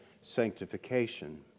sanctification